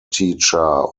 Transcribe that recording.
teacher